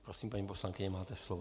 Prosím, paní poslankyně, máte slovo.